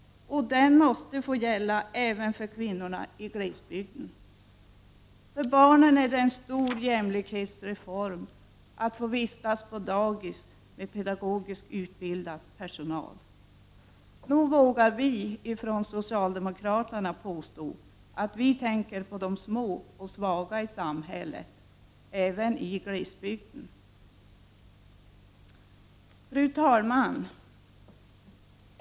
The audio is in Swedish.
Den måste få gälla även för kvinnorna på glesbygden. För barnen är det en stor jämlikhetsreform att de får vistas på daghem med pedagogiskt utbildad personal. Nog vågar vi från socialdemokraterna påstå att vi tänker på de små och svaga i samhället, även i glesbygd. Fru talman!